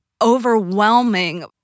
overwhelming